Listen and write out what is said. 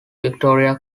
victoria